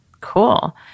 Cool